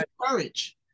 courage